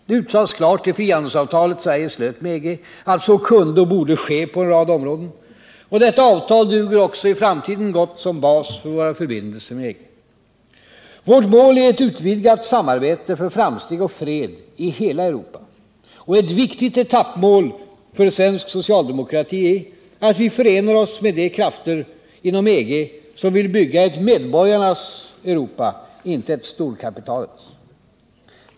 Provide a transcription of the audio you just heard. Det utsades klart i frihandelsavtalet Sverige slöt med EG, att så kunde och borde ske på en rad områden. Detta avtal duger också i framtiden gott som bas för våra förbindelsér med EG. Vårt mål är ett utvidgat samarbete för framsteg och fred i hela Europa. Ett viktigt etappmål för svensk socialdemokrati är att vi förenar oss med de krafter inom EG som vill bygga ett medborgarnas Europa, inte ett storkapitalets.